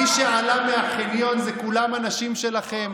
מי שעלו מהחניון אלו כולם אנשים שלכם: